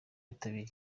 bitabiriye